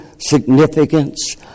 significance